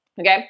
Okay